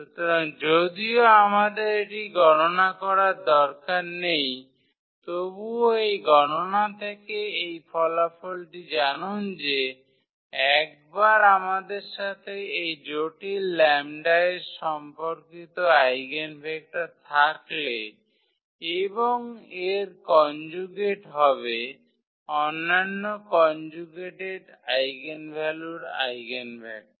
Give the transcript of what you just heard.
সুতরাং যদিও আমাদের এটি গণনা করার দরকার নেই তবুও এই গণনা থেকে এই ফলাফলটি জানুন যে একবার আমাদের সাথে এই জটিল 𝜆 এর সম্পর্কিত আইগেনভেক্টর থাকলে এবং এর কনজুগেট হবে অন্যান্য কনজুগেটেড আইগেনভ্যালুর আইগেনভেক্টর